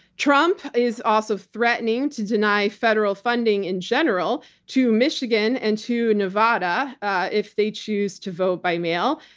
trump is also threatening to deny federal funding in general to michigan and to nevada if they choose to vote by mail.